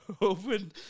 open